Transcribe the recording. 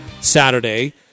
Saturday